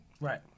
Right